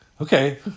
Okay